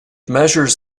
measures